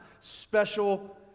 special